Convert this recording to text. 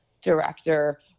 director